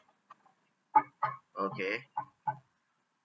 okay